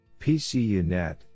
PCUNet